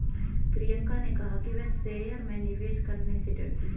प्रियंका ने कहा कि वह शेयर में निवेश करने से डरती है